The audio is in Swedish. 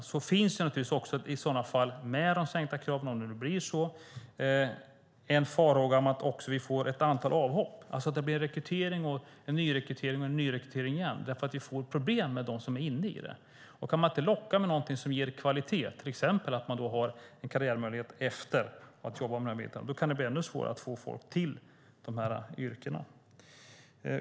Det finns naturligtvis, med de sänkta kraven, om det nu blir så, en farhåga om att vi också får ett antal avhopp, alltså att det blir en rekrytering och en nyrekrytering och en nyrekrytering igen eftersom vi får problem med dem som är inne i det. Och kan man inte locka med någonting som ger kvalitet, till exempel att det finns en karriärmöjlighet efteråt när det gäller att jobba med den biten, kan det bli ännu svårare att få folk till de här yrkena.